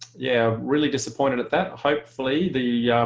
yeah really disappointed at that hopefully the